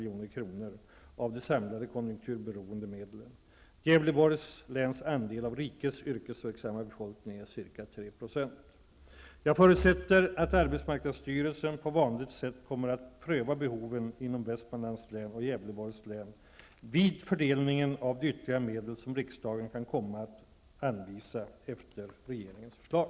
Jag förutsätter att arbetsmarknadsstyrelsen på vanligt sätt kommer att pröva behoven inom Västmanlands län och Gävleborgs län vid fördelningen av de ytterligare medel som riksdagen kan komma att anvisa efter regeringens förslag.